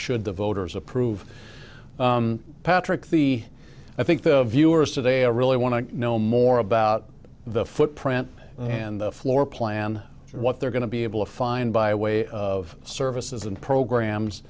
should the voters approve patrick the i think the viewers today are really want to know more about the footprint and floor plan what they're going to be able to find by way of services and programs